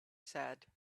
said